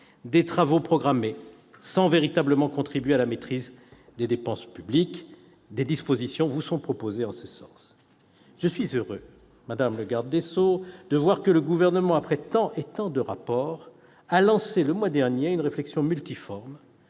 des travaux programmés sans véritablement contribuer à la maîtrise des dépenses publiques. Des dispositions vous sont proposées en ce sens. Madame la garde des sceaux, je suis heureux de voir que le Gouvernement, après tant et tant de rapports, a lancé le mois dernier une réflexion multiforme